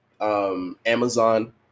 Amazon